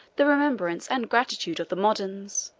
the remembrance and gratitude of the moderns.